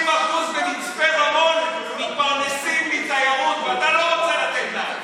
60% במצפה רמון מתפרנסים מתיירות ואתה לא רוצה לתת להם.